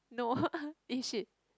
Noah eh shit